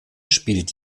spielt